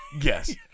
Yes